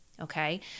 okay